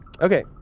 Okay